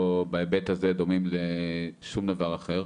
בהיבט הזה אנחנו לא דומים לשום דבר אחר.